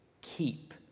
keep